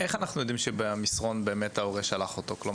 איך אנחנו יודעים דרך המסרון שבאמת ההורה שלח אותו?